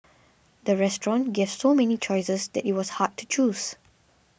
the restaurant gave so many choices that it was hard to choose